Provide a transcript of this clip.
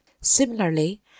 Similarly